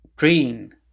train